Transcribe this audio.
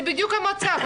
זה בדיוק המצב,